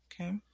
Okay